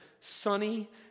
sunny